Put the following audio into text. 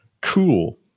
Cool